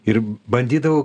ir bandydavau